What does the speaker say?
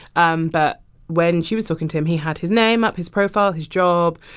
um but when she was talking to him, he had his name up, his profile, his job.